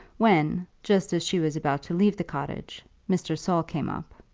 when, just as she was about to leave the cottage, mr. saul came up.